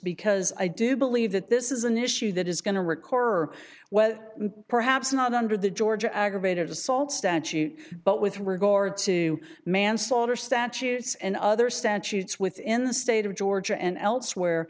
because i do believe that this is an issue that is going to record well perhaps not under the georgia aggravated assault statute but with regard to manslaughter statutes and other statutes within the state of georgia and elsewhere